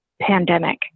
pandemic